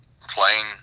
playing